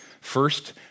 First